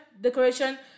decoration